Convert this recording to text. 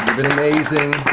been amazing.